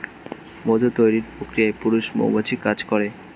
মধু তৈরির প্রক্রিয়ায় পুরুষ মৌমাছি কাজ করে